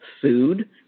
food